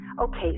Okay